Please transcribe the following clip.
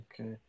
Okay